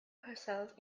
herself